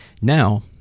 Now